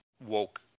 woke